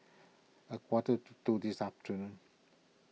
a quarter to two this afternoon